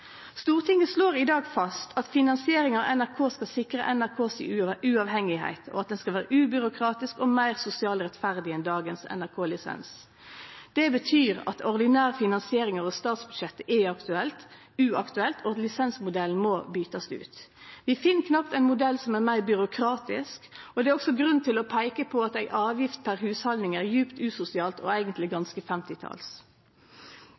Stortinget slår i dag fast at finansieringa av NRK skal sikre at NRK er uavhengig, og at ho skal vere ubyråkratisk og meir sosialt rettferdig enn dagens NRK-lisens. Det betyr at ordinær finansiering over statsbudsjettet er uaktuelt, og at lisensmodellen må bytast ut. Vi finn knapt ein modell som er meir byråkratisk, og det er også grunn til å peike på at ei avgift per hushald er djupt usosialt og eigentleg